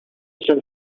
san